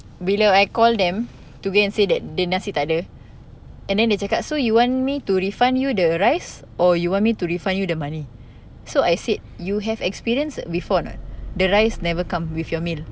bila I call them to go and say that the nasi tak ada and then dia cakap so you want me to refund you the rice or you want me to refund you the money so I said you have experience before or not the rice never come with your meal